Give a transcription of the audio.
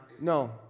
No